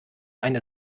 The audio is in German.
eine